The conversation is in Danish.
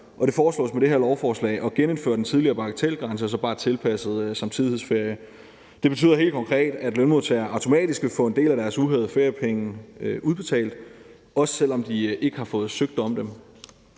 det foreslås med det her lovforslag at genindføre den tidligere bagatelgrænse bare tilpasset samtidighedsferien. Det betyder helt konkret, at lønmodtagerne automatisk vil få en del af deres uhævede feriepenge udbetalt, også selv om de ikke har fået søgt om det.